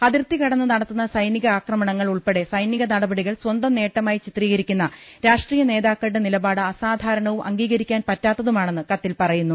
അതിർത്തിക ടന്ന് നടത്തുന്ന സൈനിക ആക്രമണങ്ങൾ ഉൾപ്പെടെ സൈനിക നടപടികൾ സ്വന്തം നേട്ടമായി ചിത്രീകരിക്കുന്ന രാഷ്ട്രീയ നേതാ ക്കളുടെ നിലപാട് അസാധാരണവും അംഗീകരിക്കാൻ പറ്റാത്ത തുമാണെന്ന് കത്തിൽ പറയുന്നു